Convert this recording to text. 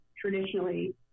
traditionally